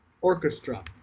Orchestra